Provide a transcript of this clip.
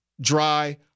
dry